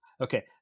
okay